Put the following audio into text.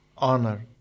honor